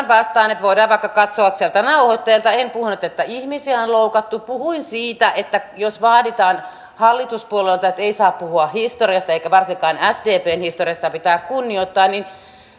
vastaan että voidaan vaikka katsoa sieltä nauhoitteelta en puhunut että ihmisiä on loukattu puhuin siitä että jos vaaditaan hallituspuolueilta että ei saa puhua historiasta eikä varsinkaan sdpn historiasta ja pitää kunnioittaa niin